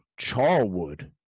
Charwood